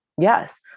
Yes